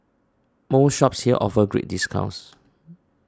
most shops here offer great discounts